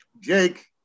Jake